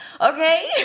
Okay